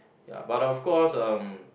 ya but of course uh